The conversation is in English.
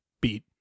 Beat